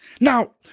Now